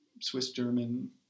Swiss-German